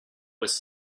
was